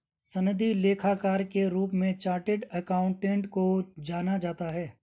सनदी लेखाकार के रूप में चार्टेड अकाउंटेंट को जाना जाता है